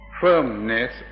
Firmness